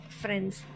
friends